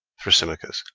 thrasymachos.